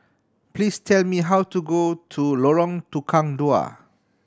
please tell me how to go to Lorong Tukang Dua